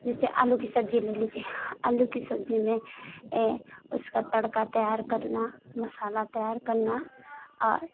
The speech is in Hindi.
जिसे आलू कि सब्जी ले लीजिए आलू कि सब्जी में उसका तड़का तैयार करना मसाला तैयार करना और